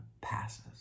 passes